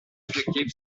objective